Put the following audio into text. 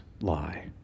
lie